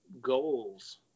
goals